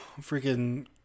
freaking